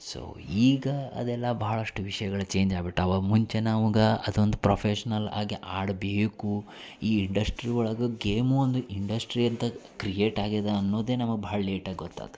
so ಈಗ ಅದೆಲ್ಲ ಭಾಳಷ್ಟ್ ವಿಷಯಗಳ್ ಚೇಂಜ್ ಆಗ್ಬಿಟ್ಟವ ಮುಂಚೆ ನಮ್ಗೆ ಅದೊಂದು ಪ್ರೊಫೆಷ್ನಲ್ ಆಗಿ ಆಡಬೇಕು ಈ ಇಂಡಸ್ಟ್ರಿ ಒಳಗೆ ಗೇಮು ಒಂದು ಇಂಡಸ್ಟ್ರಿ ಅಂತ ಕ್ರಿಯೇಟ್ ಆಗ್ಯದೆ ಅನ್ನೋದೆ ನಮಗೆ ಭಾಳ್ ಲೇಟಾಗಿ ಗೊತ್ತಾಯ್ತ್